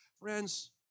friends